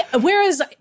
whereas